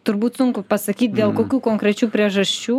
turbūt sunku pasakyt dėl kokių konkrečių priežasčių